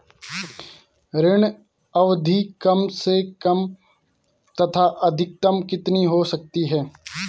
ऋण अवधि कम से कम तथा अधिकतम कितनी हो सकती है?